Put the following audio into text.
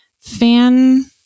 fan